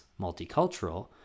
multicultural